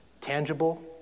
Tangible